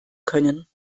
können